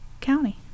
county